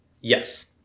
Yes